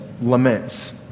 laments